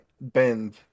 bend